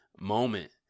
moment